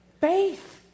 faith